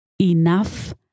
enough